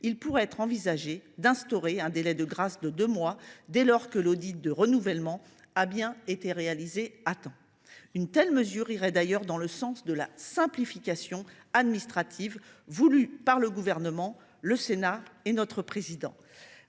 il pourrait être envisagé d’instaurer un délai de grâce de deux mois, dès lors que l’audit de renouvellement a bien été réalisé à temps. Cette mesure irait d’ailleurs dans le sens de la simplification administrative voulue par le Gouvernement, le Sénat et son président.